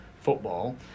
football